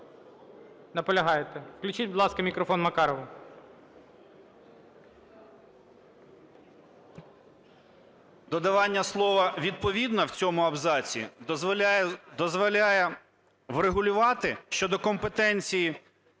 Додавання слова "відповідно" в цьому абзаці дозволяє врегулювати щодо компетенції